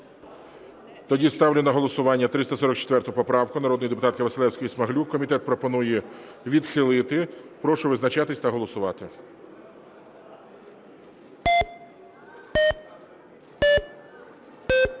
Тоді ставлю на голосування 344 поправку народної депутатки Василевської-Смаглюк. Комітет пропонує відхилити. Прошу визначатися та голосувати.